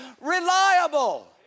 reliable